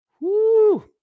Woo